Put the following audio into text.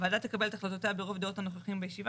הוועדה תקבל את החלטותיה ברוב דעות הנוכחים בישיבה.